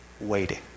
waiting